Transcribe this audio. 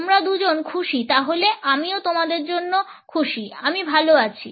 তোমরা দুজন খুশি তাহলে আমিও তোমাদের জন্য খুশি আমি ভালো আছি